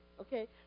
Okay